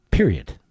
Period